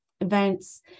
events